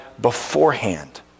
beforehand